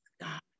God